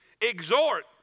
Exhort